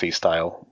style